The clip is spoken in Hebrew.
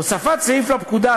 הוספת סעיף לפקודה,